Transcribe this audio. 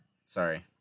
Sorry